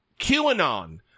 QAnon